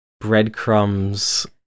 breadcrumbs